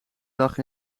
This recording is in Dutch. dag